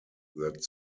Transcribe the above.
that